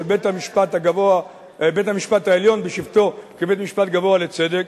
בית-המשפט העליון בשבתו כבית-משפט גבוה לצדק,